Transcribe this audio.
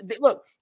look